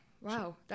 Wow